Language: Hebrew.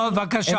טוב, בבקשה.